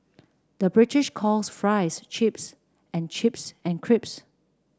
the British calls fries chips and chips and crisps